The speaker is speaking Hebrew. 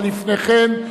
אבל לפני כן,